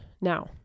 Now